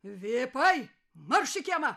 vipai marš į kiemą